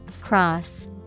Cross